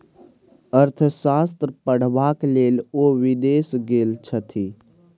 अर्थशास्त्र पढ़बाक लेल ओ विदेश गेल छथि